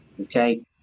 okay